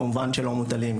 כמובן שלא מוטלים,